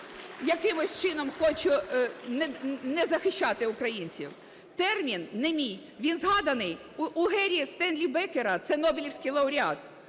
якимось чином хочу не захищати українців. Термін не мій. Він згаданий у Гері Стенлі Беккера, це нобелівський лауреат.